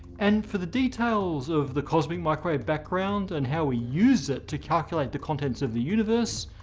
and for the details of the cosmic microwave background and how we use it to calculate the contents of the universe?